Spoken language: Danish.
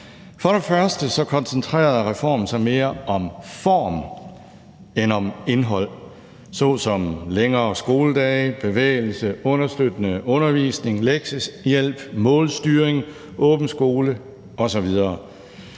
For det første koncentrerede reformen sig mere om form end om indhold, såsom længere skoledage, bevægelse, understøttende undervisning, lektiehjælp, målstyring, åben skole osv.